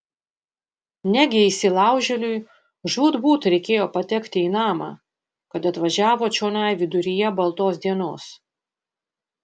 negi įsilaužėliui žūtbūt reikėjo patekti į namą kad atvažiavo čionai viduryje baltos dienos